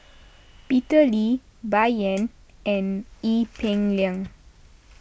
Peter Lee Bai Yan and Ee Peng Liang